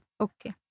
Okay